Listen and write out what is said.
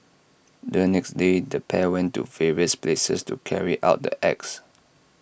the next day the pair went to various places to carry out the acts